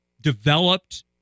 developed